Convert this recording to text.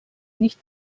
nicht